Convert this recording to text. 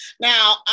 now